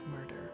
murder